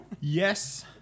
Yes